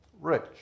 rich